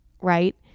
right